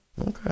Okay